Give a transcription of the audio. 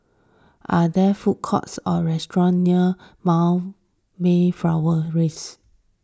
are there food courts or restaurants near Mayflower Rise